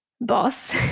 boss